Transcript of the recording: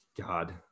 God